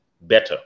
better